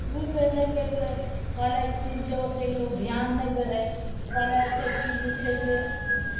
शुरू से नहि केलकै पहिले ई चीजके ओतेक लोक धिआन नहि रहै पहले ओतेक चीज जे चाही से